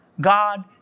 God